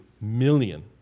million